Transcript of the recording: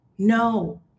No